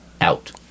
out